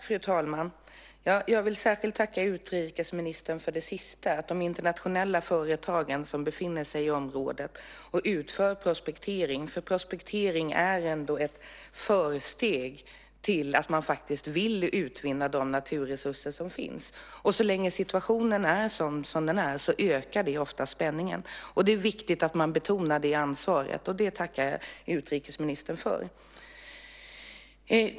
Fru talman! Jag vill särskilt tacka utrikesministern för det sista, om de internationella företag som befinner sig i området och utför prospektering. Prospektering är ändå ett försteg som visar att man faktiskt vill utvinna de naturresurser som finns, och när situationen är som den är ökar det ofta spänningen. Det är viktigt att man betonar detta ansvar, och det tackar jag utrikesministern för.